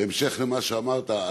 בהמשך למה שאמרת,